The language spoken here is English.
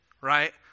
right